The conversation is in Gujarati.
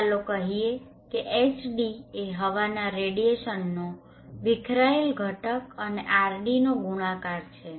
ચાલો કહીએ કે Hd એ હવાના રેડીયેશનનો વિખરાયેલ ઘટક અને RDનો ગુણાકાર છે